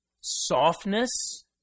softness